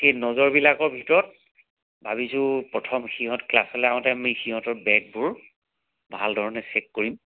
সেই নজৰবিলাকৰ ভিতৰত ভাবিছোঁ প্ৰথম সিহঁত ক্লাছলৈ আহোঁতে আমি সিহঁতৰ বেগবোৰ ভালধৰণে চেক কৰিম